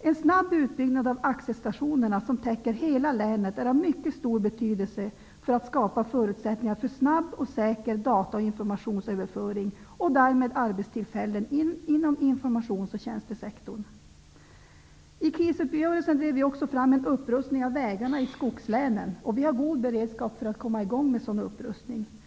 En snabb utbyggnad av AXE-stationerna som täcker hela länet är av mycket stor betydelse för att skapa förutsättningar för snabb och säker data och informationsöverföring och därmed arbetstillfällen inom informations och tjänstesektorn. I krisuppgörelsen drev vi också fram en upprustning av vägarna i skogslänen. Vi har god beredskap för att komma i gång med en sådan upprustning.